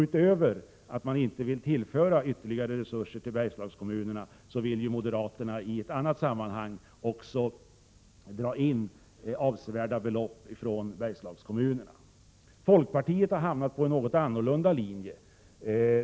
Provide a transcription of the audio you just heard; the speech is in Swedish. Utöver att de inte vill tillföra ytterligare resurser till dessa kommuner vill moderaterna i ett annat sammanhang också dra in avsevärda belopp från Bergslagskommunerna. Folkpartiet har hamnat på en något annorlunda linje.